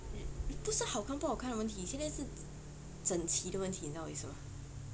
不是好看不好看的问题现在是整齐的问题你知道我的意思吗